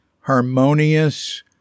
harmonious